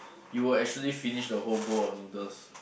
you would actually finish the whole bowl of noodles